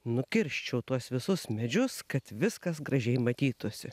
nukirsčiau tuos visus medžius kad viskas gražiai matytųsi